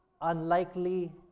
Unlikely